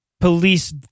police